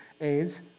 AIDS